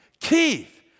Keith